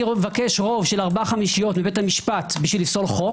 מבקש רוב של ארבע חמישיות בבית המשפט כדי לפסול חוק